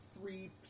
three